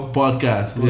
podcast